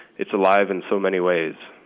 it's alive in so many ways.